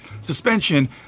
suspension